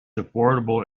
affordable